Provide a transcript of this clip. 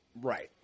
Right